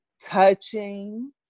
touching